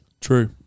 True